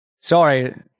Sorry